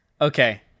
okay